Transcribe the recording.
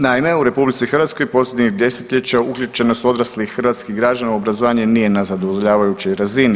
Naime, u RH posljednjih desetljeća uključenost odraslih hrvatskih građana u obrazovanje nije na zadovoljavajućoj razini.